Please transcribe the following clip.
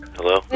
Hello